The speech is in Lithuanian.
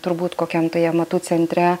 turbūt kokiam tai amatų centre